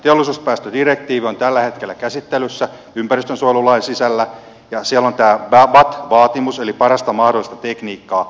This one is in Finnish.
teollisuuspäästödirektiivi on tällä hetkellä käsittelyssä ympäristönsuojelulain sisällä ja siellä on tämä bat vaatimus eli parasta mahdollista tekniikkaa